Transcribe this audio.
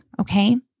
Okay